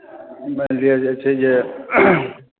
जे छै से